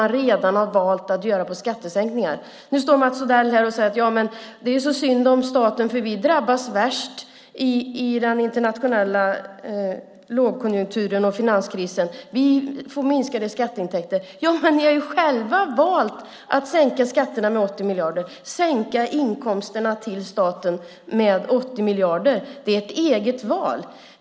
Nu står Mats Odell här och säger: Ja, men det är så synd om staten, för vi drabbas värst i den internationella lågkonjunkturen och finanskrisen. Vi får minskade skatteintäkter. Ja, men ni har ju själva valt att sänka skatterna med 80 miljarder, att sänka inkomsterna till staten med 80 miljarder. Det är ert eget val.